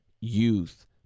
youth